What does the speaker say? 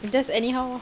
it just anyhow